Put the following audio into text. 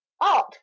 art